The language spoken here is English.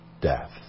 death